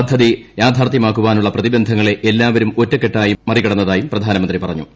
പദ്ധതി യഥാർത്ഥ്യമാക്കാനുള്ള പ്രതിബന്ധങ്ങളെ എല്ലാവരും ഒറ്റക്കെട്ടായി മറികടന്നതായും പ്രധാനമന്ത്രി പറഞ്ഞു